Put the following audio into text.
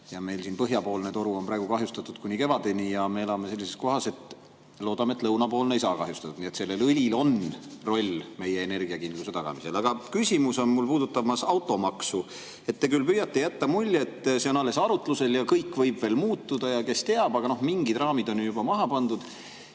Meil siin põhjapoolne toru on praegu kahjustatud kuni kevadeni ja me elame sellises kohas, et loodame, et lõunapoolne ei saa kahjustatud. Nii et sellel õlil on roll meie energiakindluse tagamisel. Aga mu küsimus puudutab automaksu. Te küll püüate jätta mulje, et see on alles arutusel ja kõik võib veel muutuda ja kes teab, aga mingid raamid on ju juba maha pandud.